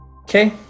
okay